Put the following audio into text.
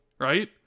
right